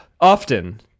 often